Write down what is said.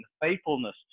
faithfulness